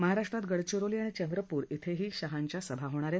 महाराष्ट्रात गडचिरोली आणि चंद्रपूर िि शहांच्या सभा होणार आहेत